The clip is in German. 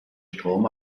strom